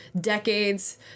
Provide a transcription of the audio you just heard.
decades